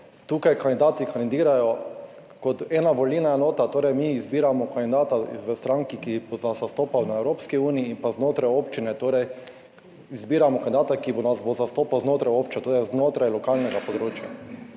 Tukaj kandidati kandidirajo kot ena volilna enota, torej mi izbiramo kandidata v stranki, ki bo zastopal v Evropski uniji in pa znotraj občine, torej izbiramo kandidata, ki nas bo zastopal znotraj občine, to je znotraj lokalnega področja.